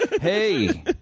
Hey